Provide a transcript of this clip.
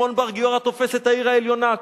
שמעון בר גיורא תופס את העיר העליונה.